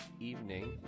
evening